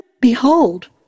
behold